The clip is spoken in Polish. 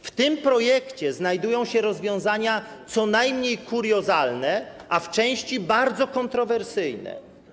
W tym projekcie znajdują się rozwiązania co najmniej kuriozalne, a w części bardzo kontrowersyjne.